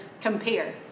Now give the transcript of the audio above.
compare